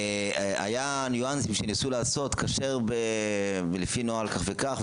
היו ניואנסים שניסו לעשות כשר לפי נוהל כך וכך,